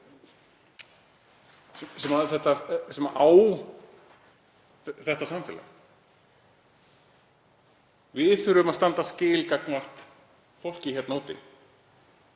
sem á þetta samfélag. Við þurfum að standa skil gagnvart fólki hérna úti.